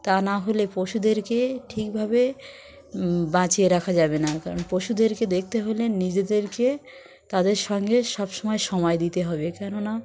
তা না হলে পশুদেরকে ঠিকভাবে বাঁচিয়ে রাখা যাবে না কারণ পশুদেরকে দেখতে হলে নিজেদেরকে তাদের সঙ্গে সবসময় সময় দিতে হবে কেন না